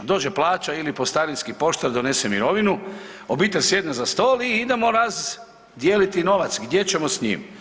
Dođe plaća ili po starinski pošta donese mirovinu obitelj sjedne za stol i idemo razdijeliti novac gdje ćemo s njim.